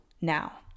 now